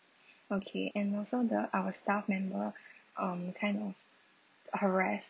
okay and also the our staff member um kind of harassed